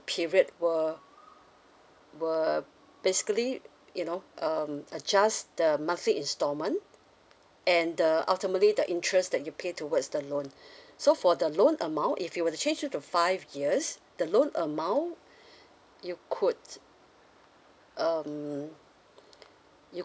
period were were basically you know um uh just the monthly installment and the ultimately the interest that you pay towards the loan so for the loan amount if you were to change to the five years the loan amount you could um you